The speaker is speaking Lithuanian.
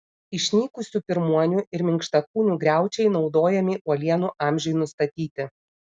išnykusių pirmuonių ir minkštakūnių griaučiai naudojami uolienų amžiui nustatyti